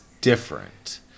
different